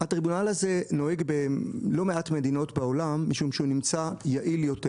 הטריבונל הזה נוהג בלא מעט מקומות בעולם משום שהוא נמצא יעיל יותר.